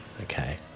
Okay